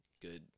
good